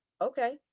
okay